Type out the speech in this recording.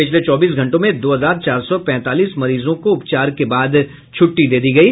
पिछले चौबीस घंटों में दो हजार चार सौ पैंतालीस मरीजों को उपचार के छ्ट्टी दी गयी